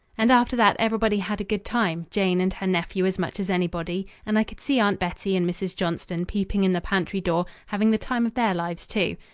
and after that everybody had a good time, jane and her nephew as much as anybody, and i could see aunt bettie and mrs. johnson peeping in the pantry door, having the time of their lives, too.